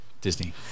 Disney